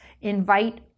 invite